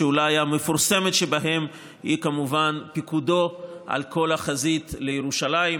שאולי המפורסמת שבהן היא כמובן הפיקוד על כל החזית לירושלים,